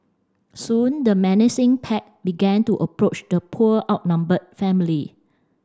soon the menacing pack began to approach the poor outnumbered family